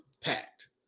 packed